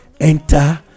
enter